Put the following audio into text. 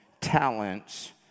talents